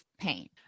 pain